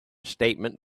statement